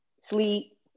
sleep